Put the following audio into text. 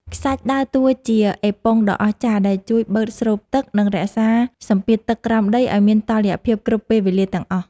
ខ្សាច់ដើរតួជាអេប៉ុងដ៏អស្ចារ្យដែលជួយបឺតស្រូបទឹក និង រក្សាសម្ពាធទឹកក្រោមដីឱ្យមានតុល្យភាពគ្រប់ពេលវេលាទាំងអស់។